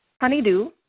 Honeydew